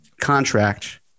contract